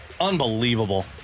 Unbelievable